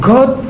God